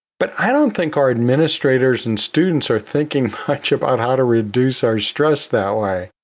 but i don't think our administrators and students are thinking much about how to reduce our stress that way,